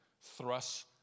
thrusts